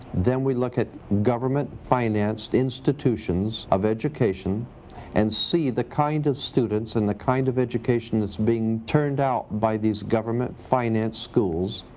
then we look at government financed institutions of education and see the kind of students and the kind of education that is being turned out by these government financed schools,